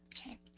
Okay